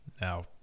now